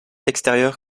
extérieur